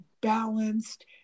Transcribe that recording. balanced